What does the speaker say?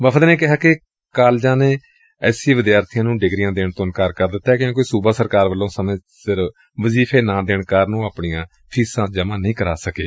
ਵਫ਼ਦ ਨੇ ਕਿਹਾ ਕਿ ਕਾਲਜਾਂ ਨੇ ਐਸ ਸੀ ਵਿਦਿਆਰਥੀਆਂ ਨੂੰ ਡਿਗਰੀਆਂ ਦੇਣ ਤੋਂ ਇਨਕਾਰ ਕਰ ਦਿੱਤੈ ਕਿਉਂਕਿ ਸੂਬਾ ਸਰਕਾਰ ਵੱਲੋ ਸਮੇਂ ਸਿਰ ਵਜ਼ੀਫੇ ਨਾ ਵੰਡਣ ਕਾਰਨ ਉਹ ਆਪਣੀ ਕਾਲਜਾਂ ਦੀ ਫੀਸ ਜਮ੍ਜਾ ਨਹੀ ਕਰਵਾ ਸਕੇ